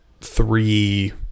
three